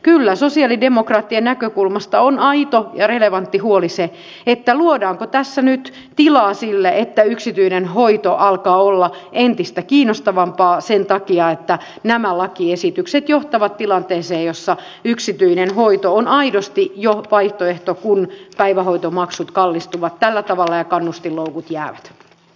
kyllä sosialidemokraattien näkökulmasta on aito ja relevantti huoli se luodaanko tässä nyt tilaa sille että yksityinen hoito alkaa olla entistä kiinnostavampaa sen takia että nämä lakiesitykset johtavat tilanteeseen jossa yksityinen hoito on jo aidosti vaihtoehto kun päivähoitomaksut kallistuvat tällä tavalla ja kannustinloukut jäävät